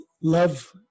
love